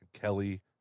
Kelly